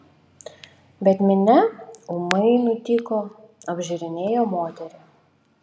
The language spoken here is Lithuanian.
bet minia ūmai nutyko apžiūrinėjo moterį